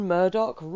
Murdoch